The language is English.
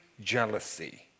jealousy